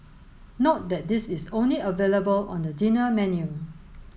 note that this is only available on the dinner menu